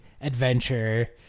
adventure